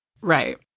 Right